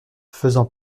faisant